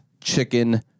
chicken